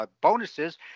bonuses